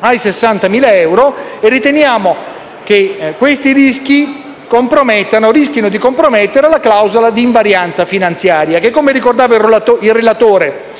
ai 60.000 euro e riteniamo che rischino di compromettere la clausola di invarianza finanziaria che, come ricordava il relatore,